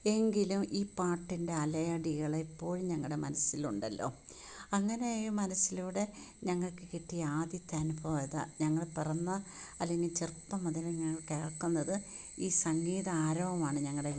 എങ്കിലും ഈ പാട്ടിൻ്റെ അലയടികള് ഇപ്പോഴും ഞങ്ങളുടെ മനസ്സിലുണ്ടല്ലോ അങ്ങനെ മനസ്സിലൂടെ ഞങ്ങൾക്ക് കിട്ടിയ ആദ്യത്തെ അനുഭവം അതാണ് ഞങ്ങള് പിറന്ന അല്ലെങ്കിൽ ചെറുപ്പം മുതല് ഞങ്ങൾ കേൾക്ക്ന്നത് ഈ സംഗീത ആരവമാണ് ഞങ്ങളുടെ വീട്ടില്